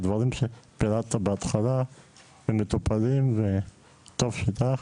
הדברים שפירטת בהתחלה והם מטופלים וטוב שכך,